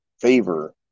favor